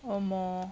omo